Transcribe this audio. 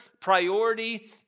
priority